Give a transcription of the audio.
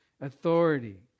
authority